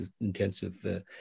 intensive